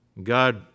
God